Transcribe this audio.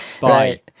Bye